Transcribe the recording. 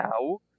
now